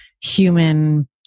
human